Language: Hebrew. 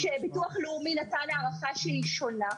ביטוח לאומי נתן הערכה שונה.